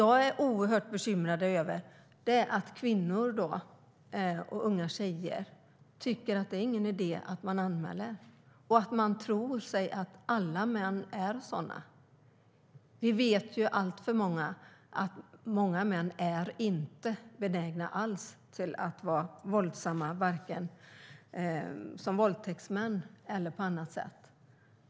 Jag är oerhört bekymrad över att kvinnor och unga tjejer inte tycker att det är någon idé att anmäla och att de tror att alla män är så här. Vi vet att många män inte alls är benägna att vara våldsamma. De är varken våldtäktsmän eller något annat.